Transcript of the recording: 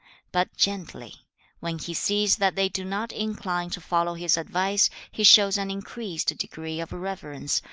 but gently when he sees that they do not incline to follow his advice, he shows an increased degree of reverence,